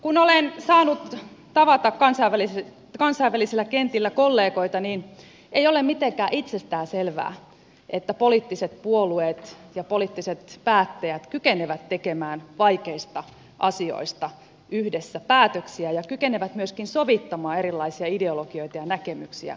kun olen saanut tavata kansainvälisillä kentillä kollegoita niin ei ole mitenkään itsestään selvää että poliittiset puolueet ja poliittiset päättäjät kykenevät tekemään vaikeista asioista yhdessä päätöksiä ja kykenevät myöskin sovittamaan erilaisia ideologioita ja näkemyksiä yhteen